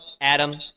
Adam